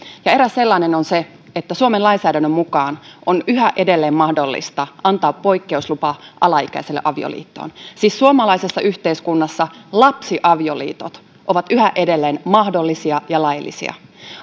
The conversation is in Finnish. ja eräs sellainen on se että suomen lainsäädännön mukaan on yhä edelleen mahdollista antaa poikkeuslupa alaikäiselle avioliittoon siis suomalaisessa yhteiskunnassa lapsiavioliitot ovat yhä edelleen mahdollisia ja laillisia